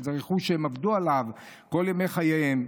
וזה רכוש שהם עבדו בשבילו כל ימי חייהם.